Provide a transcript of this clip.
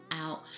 out